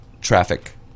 traffic